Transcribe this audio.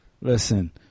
listen